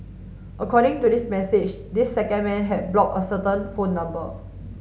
according to this message this second man had blocked a certain phone number